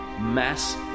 mass